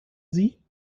sie